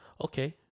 okay